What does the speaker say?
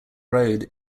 road